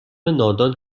نادان